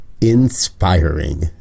inspiring